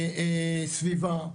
סביבה,